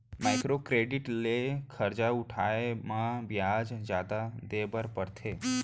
micro credit ले खरजा उठाए म बियाज जादा देबर परथे